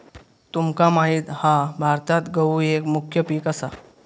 तुमका माहित हा भारतात गहु एक मुख्य पीक असा